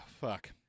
fuck